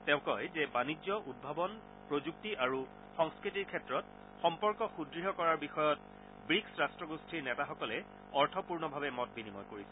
তেওঁ কয় যে বাণিজ্য উদ্ভাৱন প্ৰযুক্তি আৰু সংস্কৃতিৰ ক্ষেত্ৰত সম্পৰ্ক সুদৃঢ় কৰাৰ বিষয়ত ব্ৰিক্ছ ৰাট্টগোষ্ঠীৰ নেতাসকলে অৰ্থপূৰ্ণভাৱে মত বিনিময় কৰিছে